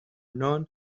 non